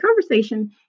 conversation